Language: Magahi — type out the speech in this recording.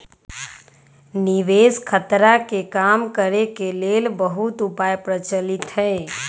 निवेश खतरा के कम करेके के लेल बहुते उपाय प्रचलित हइ